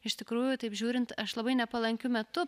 iš tikrųjų taip žiūrint aš labai nepalankiu metu